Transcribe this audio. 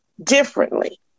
Differently